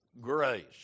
grace